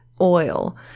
oil